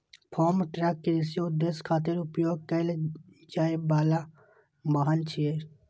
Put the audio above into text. farm truck कृषि उद्देश्य खातिर उपयोग कैल जाइ बला वाहन छियै